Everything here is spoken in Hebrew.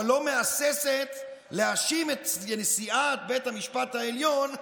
אבל לא מהססת להאשים את נשיאת בית המשפט העליון ברצח.